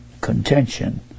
contention